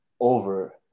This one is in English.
over